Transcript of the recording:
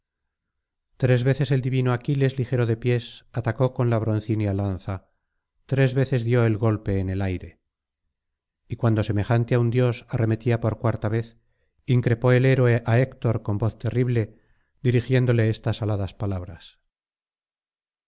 tres veces el divino aquiles ligero de pies atacó con la broncínea lanza tres veces dio el golpe en el aire y cuando semejante á un dios arremetía por cuarta vez increpó el héroe á héctor con voz terrible dirigiéndole estas aladas palabras